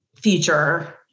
future